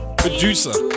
producer